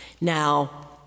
Now